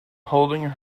holding